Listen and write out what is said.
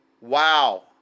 Wow